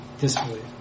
disbelief